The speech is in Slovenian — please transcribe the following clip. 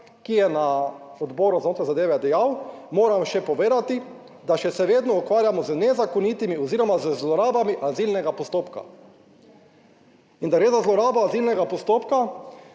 ki je na Odboru za notranje zadeve dejal: Moram še povedati, da se še vedno ukvarjamo z nezakonitimi oziroma z zlorabami azilnega postopka. In da res zloraba azilnega postopka